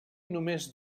només